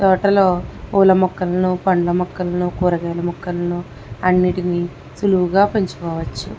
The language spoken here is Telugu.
తోటలో పూల మొక్కలను పండ్ల మొక్కలను కూరగాయల మొక్కలను అన్నిటినీ సులువుగా పెంచుకోవచ్చు